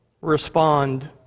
respond